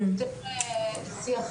יותר שיח ריגשי,